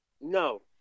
No